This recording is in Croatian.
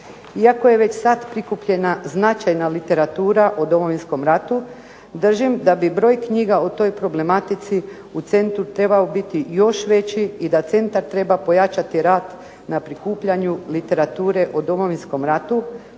Iako je već sad prikupljena značajna literatura o Domovinskom ratu držim da bi broj knjiga o toj problematici u centru trebao biti još veći i da centar treba pojačati rad na prikupljanju literature o Domovinskom ratu.